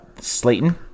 Slayton